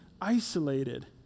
isolated